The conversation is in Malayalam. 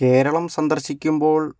കേരളം സന്ദർശിക്കുമ്പോൾ